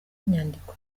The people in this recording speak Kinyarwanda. inyandiko